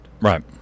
Right